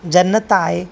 ज़नतु आहे